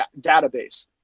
database